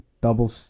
double